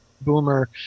boomer